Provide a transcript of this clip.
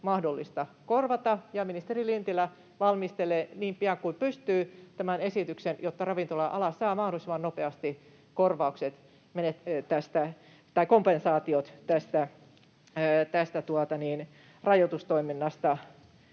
mahdollista korvata. Ministeri Lintilä valmistelee niin pian kuin pystyy tämän esityksen, jotta ravintola-ala saa mahdollisimman nopeasti kompensaatiot tästä rajoitustoiminnasta